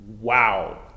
wow